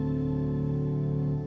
you